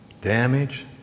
Damage